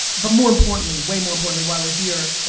but more importantly, way more importantly, why we're here,